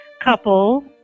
couple